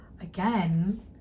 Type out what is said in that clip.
again